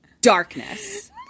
Darkness